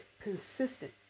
consistent